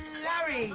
larry,